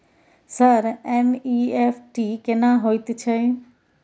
Sir NEFT केना होयत छै?